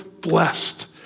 blessed